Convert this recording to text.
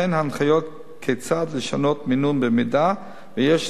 וכן הנחיות כיצד לשנות מינון במידה שיש